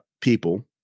people